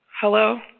Hello